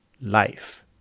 life